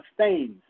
stains